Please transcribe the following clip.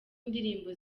indirimbo